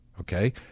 Okay